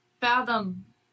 Fathom